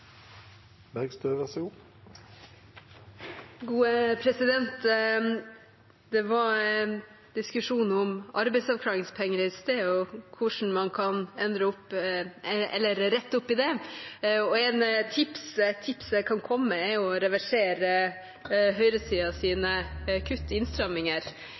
det diskusjon om arbeidsavklaringspenger og hvordan man kan rette opp i det. Et tips jeg kan komme med, er å reversere høyresidens kutt, innstramminger